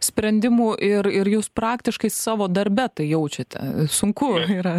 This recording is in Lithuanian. sprendimų ir ir jūs praktiškai savo darbe tai jaučiate sunku yra